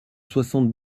soixante